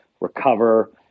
recover